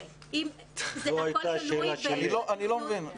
זה הכול תלוי --- אני לא מבין.